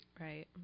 Right